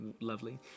lovely